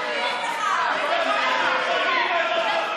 אף אחד לא בחר בך,